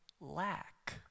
lack